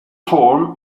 form